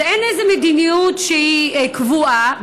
אין איזו מדיניות שהיא קבועה,